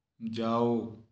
जाओ